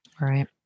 Right